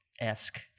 esque